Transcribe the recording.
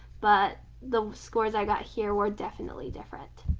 but the scores i got here were definitely different.